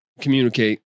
communicate